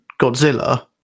Godzilla